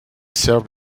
served